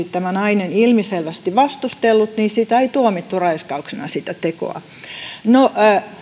tämä nainen olisi ilmiselvästi vastustellut niin siitä tekoa ei tuomittu raiskauksena no